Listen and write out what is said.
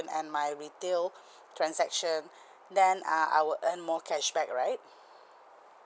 and my retail transaction then uh I will earn more cashback right